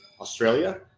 Australia